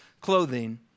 clothing